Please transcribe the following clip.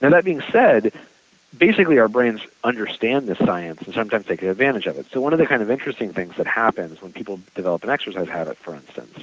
and that being said basically our brains understand the science and sometimes they take advantage of it, so one of the kind of interesting things that happens when people develop an exercise habit for instance